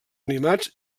animats